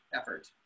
effort